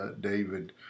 David